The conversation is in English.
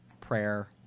prayer